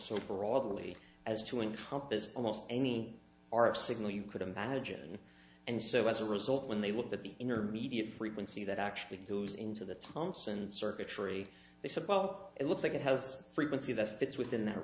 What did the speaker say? broadly as to encompass almost any our signal you could imagine and so as a result when they look at the intermediate frequency that actually goes into the thomson circuitry they said well it looks like it has frequency that fits within that